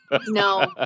No